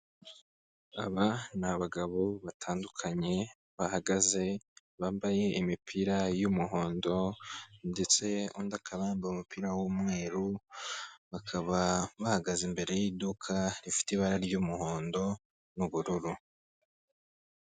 Aba ni abagabo batandukanye bahagaze bambaye imipira y'umuhondo ndetse undi akaba yambaye umupira w'umweru bakaba bahagaze imbere y'iduka rifite ibara ry'umuhondo n'ubururu.